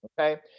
Okay